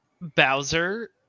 Bowser